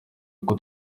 uko